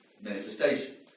manifestation